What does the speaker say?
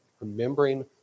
Remembering